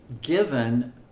given